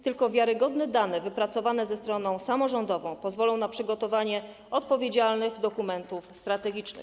Tylko wiarygodne dane wypracowane ze stroną samorządową pozwolą na przygotowanie odpowiedzialnych dokumentów strategicznych.